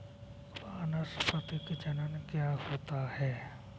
वानस्पतिक जनन क्या होता है?